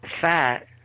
fat